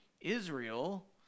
Israel